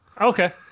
okay